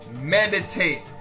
meditate